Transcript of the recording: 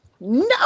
No